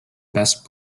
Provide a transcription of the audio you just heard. best